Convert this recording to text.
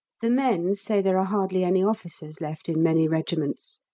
the men say there are hardly any officers left in many regiments.